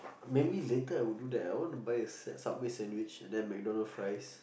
maybe later I would do that ah I want to buy a sand~ subway sandwich and then MacDonald fries